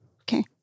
Okay